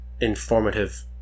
informative